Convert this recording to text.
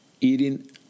eating